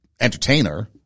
entertainer